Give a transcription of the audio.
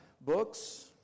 books